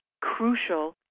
crucial